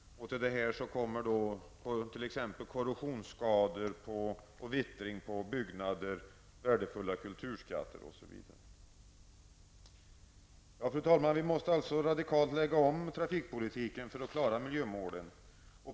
Till detta kommer korrosionsskador och vittring av byggnader och värdefulla kulturskatter osv. Fru talman! Vi måste alltså radikalt lägga om trafikpolitiken för att klara miljömålen.